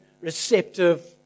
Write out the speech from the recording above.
receptive